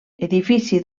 edifici